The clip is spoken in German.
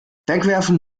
wegwerfen